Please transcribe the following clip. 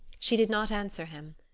she did not answer him.